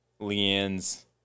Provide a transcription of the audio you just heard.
Leanne's